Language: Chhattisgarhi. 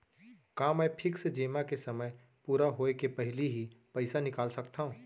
का मैं फिक्स जेमा के समय पूरा होय के पहिली भी पइसा निकाल सकथव?